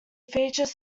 featured